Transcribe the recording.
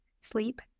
sleep